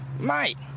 mate